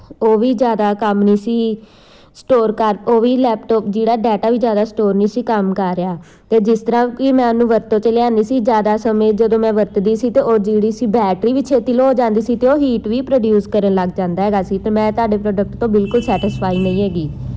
ਉਹ ਵੀ ਜ਼ਿਆਦਾ ਕੰਮ ਨਹੀਂ ਸੀ ਸਟੋਰ ਕਰ ਉਹ ਵੀ ਲੈਪਟਾਪ ਜਿਹੜਾ ਡਾਟਾ ਵੀ ਜ਼ਿਆਦਾ ਸਟੋਰ ਨਹੀਂ ਸੀ ਕੰਮ ਕਰ ਰਿਹਾ ਅਤੇ ਜਿਸ ਤਰ੍ਹਾਂ ਕਿ ਮੈਂ ਉਹਨੂੰ ਵਰਤੋਂ 'ਚ ਲਿਆਉਂਦੀ ਸੀ ਜ਼ਿਆਦਾ ਸਮੇਂ ਜਦੋਂ ਮੈਂ ਵਰਤਦੀ ਸੀ ਤਾਂ ਉਹ ਜਿਹੜੀ ਸੀ ਬੈਟਰੀ ਵੀ ਛੇਤੀ ਲੋਅ ਹੋ ਜਾਂਦੀ ਸੀ ਅਤੇ ਉਹ ਹੀਟ ਵੀ ਪ੍ਰੋਡਿਊਸ ਕਰਨ ਲੱਗ ਜਾਂਦਾ ਹੈਗਾ ਸੀ ਅਤੇ ਮੈਂ ਤੁਹਾਡੇ ਪ੍ਰੋਡਕਟ ਤੋਂ ਬਿਲਕੁਲ ਸੈਟਿਸਫਾਈ ਨਹੀਂ ਹੈਗੀ